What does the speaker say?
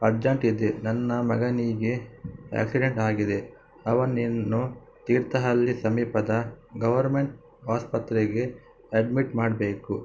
urgent ಇದೆ ನನ್ನ ಮಗನಿಗೆ ಆಕ್ಸಿಡೆಂಟ್ ಆಗಿದೆ ಅವನನ್ನು ತೀರ್ಥಹಳ್ಳಿ ಸಮೀಪದ ಗವರ್ಮೆಂಟ್ ಆಸ್ಪತ್ರೆಗೆ ಅಡ್ಮಿಟ್ ಮಾಡಬೇಕು